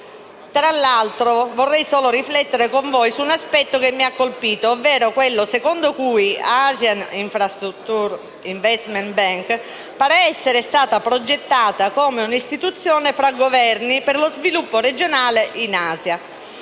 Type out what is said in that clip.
Tra l'altro, vorrei solo riflettere con voi su un aspetto che mi ha colpito, ovvero quello secondo cui l'Asian infrastructure investment bank pare essere stata progettata come un'istituzione tra Governi per lo sviluppo regionale in Asia,